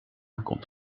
komt